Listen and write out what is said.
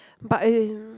but uh